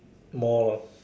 more lor